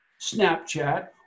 Snapchat